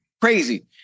Crazy